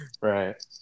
right